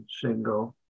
single